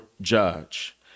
judge